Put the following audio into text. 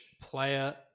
player